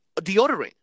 deodorant